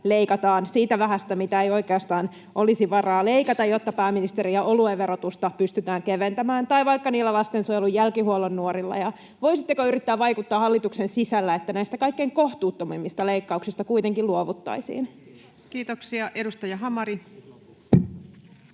leikataan siitä vähästä, mitä ei oikeastaan olisi varaa leikata, jotta pääministerin ja oluen verotusta pystytään keventämään — tai vaikka niillä lastensuojelun jälkihuollon nuorilla? Voisitteko yrittää vaikuttaa hallituksen sisällä, että näistä kaikkein kohtuuttomimmista leikkauksista kuitenkin luovuttaisiin? [Speech 351] Speaker: